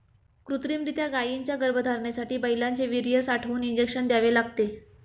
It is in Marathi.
कृत्रिमरीत्या गायींच्या गर्भधारणेसाठी बैलांचे वीर्य साठवून इंजेक्शन द्यावे लागते